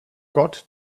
got